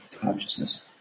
consciousness